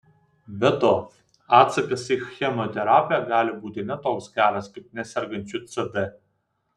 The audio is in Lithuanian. be to atsakas į chemoterapiją gali būti ne toks geras kaip nesergančių cd